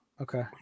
okay